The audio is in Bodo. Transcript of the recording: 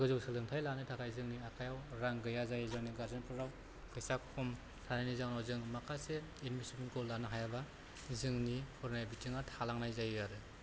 गोजौ सोलोंथाय लानो थाखाय जोंनि आखायाव रां गैया जायो जायनि गार्जेनफोरा फैसा खम थानायनि जाउनाव जों माखासे एडमिसनखौ लानो हायाब्ला जोंनि फरायनाय बिथिङा थालांनाय जायो आरो